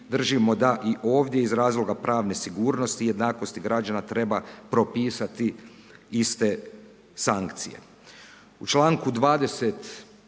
držimo da i ovdje iz razloga pravne sigurnosti i jednakosti građana treba propisati iste sankcije. U čl. 22.,